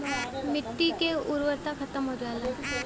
मट्टी के उर्वरता खतम हो जाला